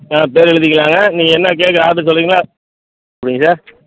ஆ பேர் எழுதிக்கிலாங்க நீங்கள் என்ன கேக்கு ஆட்ரு சொல்கிறீங்களோ எப்படிங்க சார்